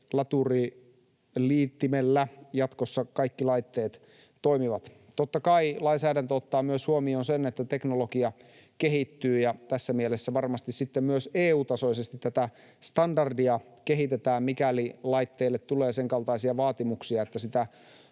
USBC-laturiliittimellä jatkossa kaikki laitteet toimivat. Totta kai lainsäädäntö ottaa huomioon myös sen, että teknologia kehittyy. Tässä mielessä varmasti sitten myös EU-tasoisesti tätä standardia kehitetään, mikäli laitteille tulee sen kaltaisia vaatimuksia, että sitä